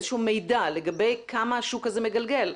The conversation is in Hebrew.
איזה שהוא מידע לגבי כמה השוק הזה מגלגל?